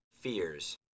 fears